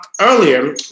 earlier